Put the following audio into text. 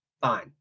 fine